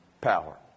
power